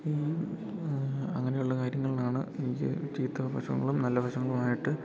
ഈ അങ്ങനെയുള്ള കാര്യങ്ങളിലാണ് എനിക്ക് ചീത്തവശങ്ങളും നല്ല വശങ്ങളുമായിട്ട്